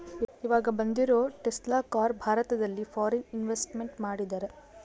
ಈವಾಗ ಬಂದಿರೋ Tesla car ಭಾರತದಲ್ಲಿ ಫಾರಿನ್ ಇನ್ವೆಸ್ಟ್ಮೆಂಟ್ ಮಾಡಿದರಾ